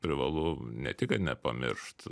privalu ne tik kad nepamiršt